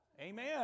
amen